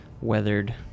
weathered